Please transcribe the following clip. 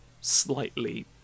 slightly